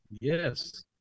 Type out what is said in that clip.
Yes